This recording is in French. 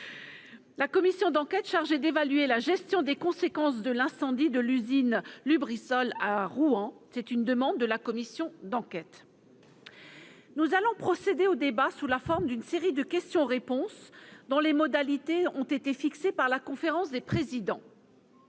la commission d'enquête chargée d'évaluer la gestion des conséquences de l'incendie de l'usine Lubrizol à Rouen, sur les conclusions de son rapport. Nous allons procéder au débat sous la forme d'une série de questions-réponses, dont les modalités ont été fixées par la conférence des présidents.